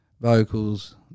vocals